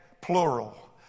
plural